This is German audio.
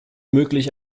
möglich